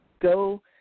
go